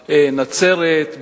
נצרת,